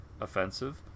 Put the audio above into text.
offensive